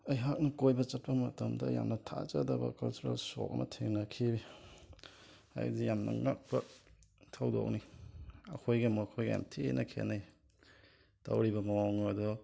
ꯑꯩꯍꯥꯛꯅ ꯀꯣꯏꯕ ꯆꯠꯄ ꯃꯇꯝꯗ ꯌꯥꯝꯅ ꯊꯥꯖꯗꯕ ꯀꯜꯆꯔꯦꯜ ꯁꯣꯛ ꯑꯃ ꯊꯦꯡꯅꯈꯤ ꯍꯥꯏꯗꯤ ꯌꯥꯝꯅ ꯉꯛꯄ ꯊꯧꯗꯣꯛꯅꯤ ꯑꯩꯈꯣꯏꯒ ꯃꯈꯣꯏꯒ ꯌꯥꯝ ꯊꯤꯅ ꯈꯦꯠꯅꯩ ꯇꯧꯔꯤꯕ ꯃꯑꯣꯡ ꯑꯗꯣ